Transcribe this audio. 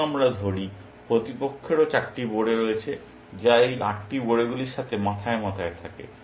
আসুন আমরা বলি প্রতিপক্ষেরও 8টি বোড়ে রয়েছে যা এই 8টি বোড়েগুলির সাথে মাথায় মাথায় আছে